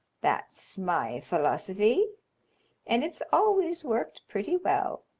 that's my philosophy and it's always worked pretty well.